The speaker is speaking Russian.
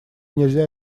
нельзя